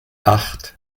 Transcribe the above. acht